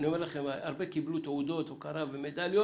הרבה קיבלו תעודות הוקרה ומדליות